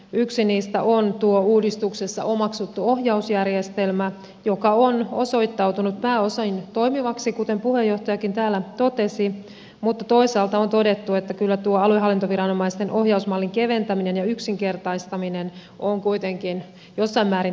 yksi niistä on tuo uudistuksessa omaksuttu ohjausjärjestelmä joka on osoittautunut pääosin toimivaksi kuten puheenjohtajakin täällä totesi mutta toisaalta on todettu että kyllä tuo aluehallintoviranomaisten ohjausmallin keventäminen ja yksinkertaistaminen on kuitenkin jossain määrin tarpeellista